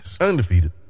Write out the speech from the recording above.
Undefeated